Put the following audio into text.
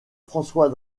françois